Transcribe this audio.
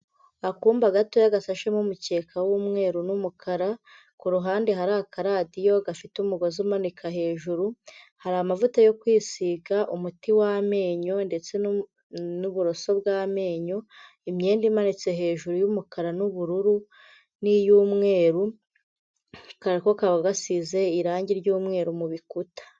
Akumba gato gasashemo umukeka w'umweru n'umukara, ku ruhande hari akaradiyo gafite umugozi umanika hejuru, hari amavuta yo kwisiga, umuti w'amenyo, ndetse n'uburoso bw'amenyo, imyenda imanitse hejuru y'umukara n'ubururu, n'iy'umweru, kakaba gasize irangi ry'umweru mu rukuta.